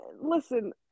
listen